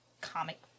comic